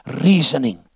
reasoning